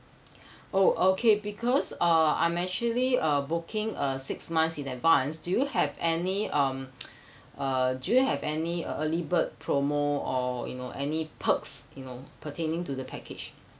oh okay because uh I'm actually uh booking a six months in advance do you have any um uh do you have any early bird promo or you know any perks you know pertaining to the package